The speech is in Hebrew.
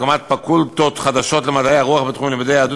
הקמת פקולטות חדשות למדעי הרוח בתחום לימודי יהדות